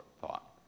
thought